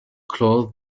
close